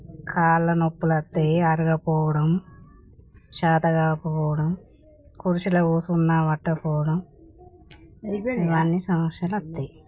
కాళ్ళ నొప్పులు వస్తాయి అరగకపోవడం చేతకాకపోవడం కుర్చీలో కూర్చున్నా పట్టకపోవడం ఇవన్నీ సమస్యలు వస్తాయి